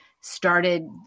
started